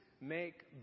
make